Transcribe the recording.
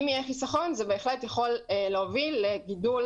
אם יש חיסכון זה בהחלט יכול להוביל לגידול